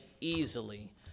easily